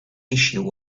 issue